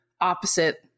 opposite